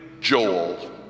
Joel